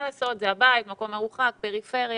מה לעשות, זה הבית, מקום מרוחק, פריפריה.